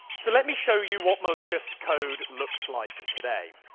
so let me show you what malicious code looks like today.